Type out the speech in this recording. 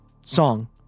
song